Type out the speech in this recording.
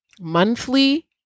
monthly